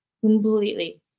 completely